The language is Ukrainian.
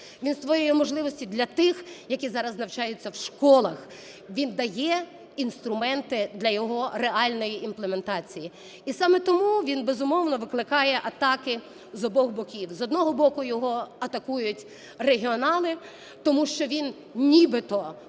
він створює можливості для тих, які зараз навчаються в школах, він дає інструменти для його реальної імплементації. І саме тому він, безумовно, викликає атаки з обох боків: з одного боку його атакують регіонали, тому що він нібито